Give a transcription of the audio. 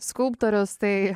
skulptorius tai